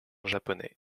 japonais